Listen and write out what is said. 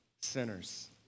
sinners